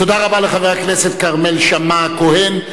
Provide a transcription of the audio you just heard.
תודה רבה לחבר הכנסת כרמל שאמה-הכהן.